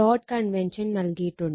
dot convention നൽകിയിട്ടുണ്ട്